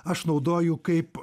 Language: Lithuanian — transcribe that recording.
aš naudoju kaip